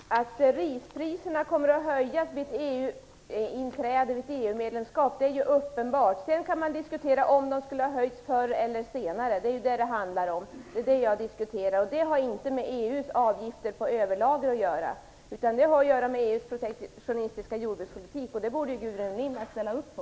Fru talman! Det är ju uppenbart att priset på ris kommer att höjas vid inträdet i EU. Sedan går det att diskutera om priserna hade höjts förr eller senare. Det är ju vad frågan handlar, och det är vad jag diskuterar. Det har ingenting med EU:s avgifter på överlager att göra. Det berör EU:s protektionistiska jordbrukspolitik. Det borde Gudrun Lindvall ställa upp på.